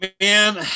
man